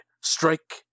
strike